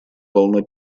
волна